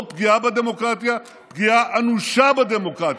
לא פגיעה בדמוקרטיה, פגיעה אנושה בדמוקרטיה.